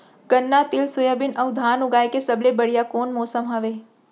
गन्ना, तिल, सोयाबीन अऊ धान उगाए के सबले बढ़िया कोन मौसम हवये?